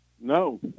No